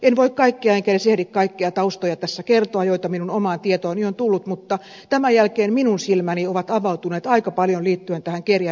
en voi enkä edes ehdi tässä kertoa kaikkia taustoja joita minun omaan tietooni on tullut mutta tämän jälkeen minun silmäni ovat avautuneet aika paljon liittyen tähän kerjäämisilmiöön